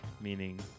meaning